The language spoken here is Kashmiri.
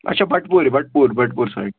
اچھا بَٹپوٗرِ بَٹپوٗرِ بَٹپوٗر سایِڈ